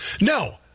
No